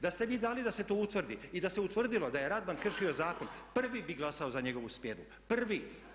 Da ste vi dali da se to utvrdi i da se utvrdilo da je Radman kršio zakon prvi bih glasao za njegovu smjenu, prvi.